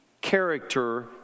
character